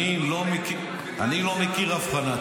אני לא מכיר הבחנה.